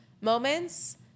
moments